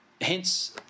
hence